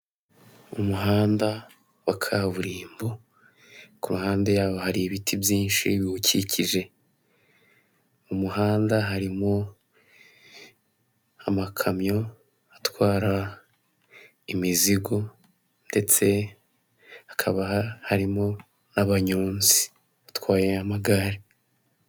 Umuhanda wa kaburimbo kuruhande yaho hari ibiti byinshi biwukikije, mu umuhanda harimo amakamyo atwara imizigo ndetse hakaba harimo n'abanyonzi batwayeya amagare.